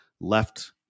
left